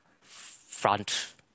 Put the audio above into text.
front